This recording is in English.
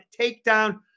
takedown